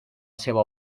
seua